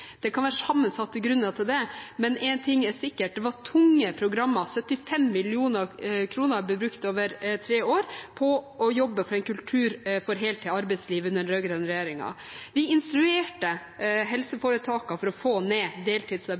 Det kan være sammensatte grunner til det, men én ting er sikkert: Det var tunge programmer, 75 mill. kr ble brukt over tre år på å jobbe for en kultur for heltid i arbeidslivet under den rød-grønne regjeringen. Vi instruerte helseforetakene for å få ned